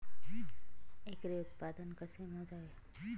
एकरी उत्पादन कसे मोजावे?